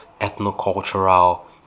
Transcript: ethno-cultural